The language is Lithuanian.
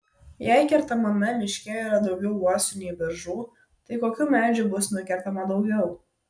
jei kertamame miške yra daugiau uosių nei beržų tai kokių medžių bus nukertama daugiau